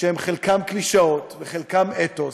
שהן חלקן קלישאות, וחלקן אתוס,